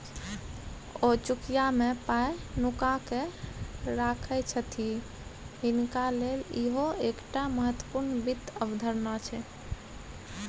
ओ चुकिया मे पाय नुकाकेँ राखय छथि हिनका लेल इहो एकटा महत्वपूर्ण वित्त अवधारणा छै